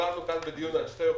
דיברנו בדיון על שתי אוכלוסיות: